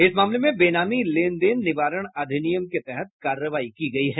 इस मामले में बेनामी लेनदेन निवारण अधिनिमय के तहत कार्रवाई की गयी है